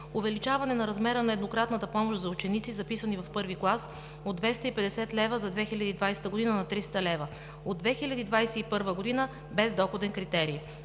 увеличаване на размера на еднократната помощ за ученици, записани в I клас от 250 лв. за 2020 г. на 300 лв., а от 2021 г. – без доходен критерий;